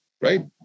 Right